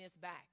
back